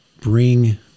bring